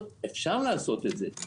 אפשר להוסיף את זה,